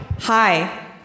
Hi